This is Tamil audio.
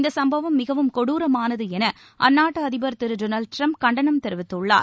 இந்த சம்பவம் மிகவும் கொடுரமானது என அந்நாட்டு அதிபர் திரு டொனால்ட் ட்ரம்ப் கண்டனம் தெரிவித்துள்ளார்